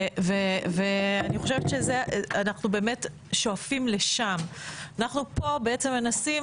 ואנחנו באמת שואפים לשם אנחנו פה מנסים